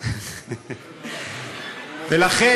ולכן,